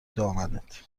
دامنت